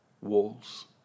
walls